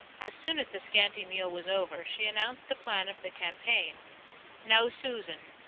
as soon as the scanty meal was over, she announced the plan of the campaign now susan,